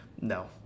no